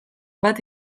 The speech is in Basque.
bat